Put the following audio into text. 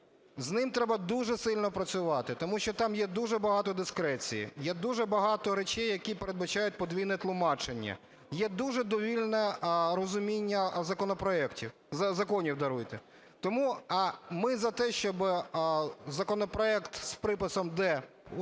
з ним треба дуже сильно працювати, тому що там є дуже багато дискреції, є дуже багато речей, які передбачають подвійне тлумачення, є дуже довільне розуміння законопроектів, законів, даруйте. Тому ми за те, щоб законопроект з приписом "д"